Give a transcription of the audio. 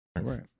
right